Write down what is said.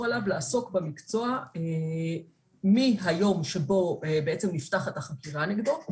עליו לעסוק במקצוע מהיום שבו בעצם נפתחת החקירה נגדו,